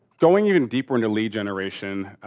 going even deeper into lead generation.